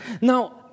Now